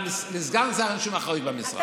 לסגן שר אין שום אחריות במשרד.